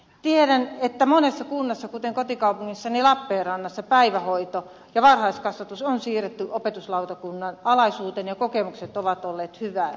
tiedän että monessa kunnassa kuten kotikaupungissani lappeenrannassa päivähoito ja varhaiskasvatus on siirretty opetuslautakunnan alaisuuteen ja kokemukset ovat olleet hyviä